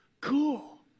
Cool